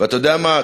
ואתה יודע מה,